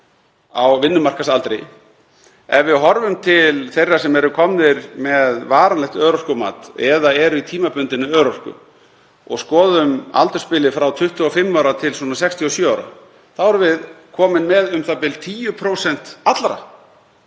á vinnumarkaðsaldri. Ef við horfum til þeirra sem eru komnir með varanlegt örorkumat eða eru í tímabundinni örorku og skoðum aldursbilið frá 25 ára til 67 ára þá erum við komin með u.þ.b. 10% allra